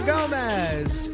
Gomez